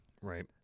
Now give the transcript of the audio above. right